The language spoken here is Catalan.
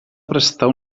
prestar